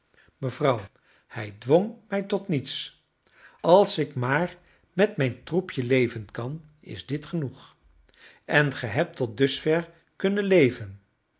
mevrouw hij dwong mij tot niets als ik maar met mijn troepje leven kan is dit genoeg en ge hebt tot dusver kunnen leven